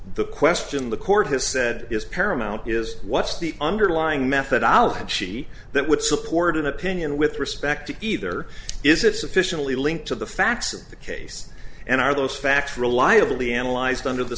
the question the court has said is paramount is what's the underlying methodology that would support an opinion with respect to either is it sufficiently linked to the facts of the case and are those facts reliably analyzed under the